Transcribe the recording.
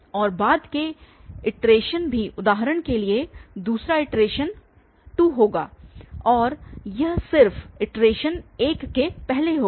और बाद के इटरेशन भी उदाहरण के लिए दूसरा इटरेशन 2 होगा और यह सिर्फ इटरेशन 1 के पहले होगा